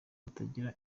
kutagira